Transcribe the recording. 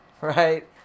right